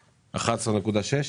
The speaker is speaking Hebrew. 11.6?